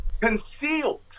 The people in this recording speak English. concealed